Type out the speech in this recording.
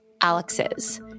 Alex's